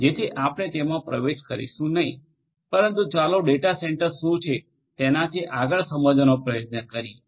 જેથી આપણે તેમાં પ્રવેશ કરીશું નહીં પરંતુ ચાલો ડેટા સેન્ટર શું છે તેનાથી આગળ સમજવાનો પ્રયત્ન કરીએ